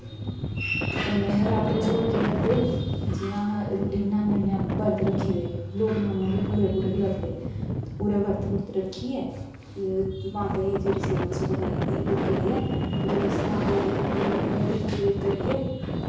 कन्नै नवरात्रें च होर केह् करदे जि'यां अस रुट्टी बनाने होन्ने आं बरत रक्खे दे लोग नौ नौ पूरे पूरे बी रक्खदे पूरे बरत बुरत रक्खियै माता गी जेह्ड़ी सेवा सूवा लाई दी ओह् करियै जेह्ड़ी साक लाई दी होंदी ऐ ओह् पूज़ा करियै